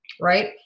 right